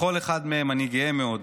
בכל אחד מהם אני גאה מאוד.